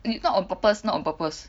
it's not on purpose not on purpose